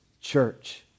church